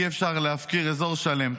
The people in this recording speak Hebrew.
אי-אפשר להפקיר אזור שלם.